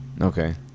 okay